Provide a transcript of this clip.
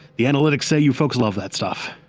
the analytics say you folks love that stuff,